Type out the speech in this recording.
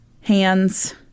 hands